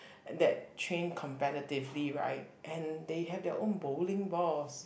and that train competitively right and they have their own bowling balls